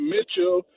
Mitchell